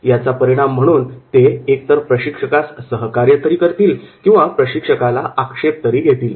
याचा परिणाम म्हणून ते एक तर प्रशिक्षकास सहकार्य तरी करतील किंवा प्रशिक्षकाला आक्षेप तरी घेतील